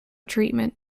treatment